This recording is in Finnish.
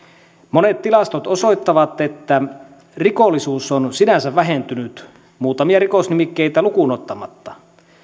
monet tilastot osoittavat että rikollisuus on sinänsä vähentynyt muutamia rikosnimikkeitä lukuun ottamatta